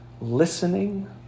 listening